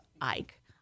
ike